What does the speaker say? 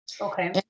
Okay